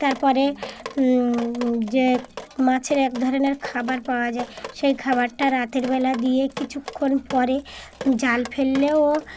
তারপরে যে মাছের এক ধরনের খাবার পাওয়া যায় সেই খাবারটা রাতেরবেলা দিয়ে কিছুক্ষণ পরে জাল ফেললেও